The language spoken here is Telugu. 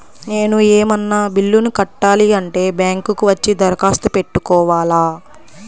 నేను ఏమన్నా బిల్లును కట్టాలి అంటే బ్యాంకు కు వచ్చి దరఖాస్తు పెట్టుకోవాలా?